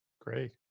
great